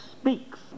speaks